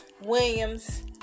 Williams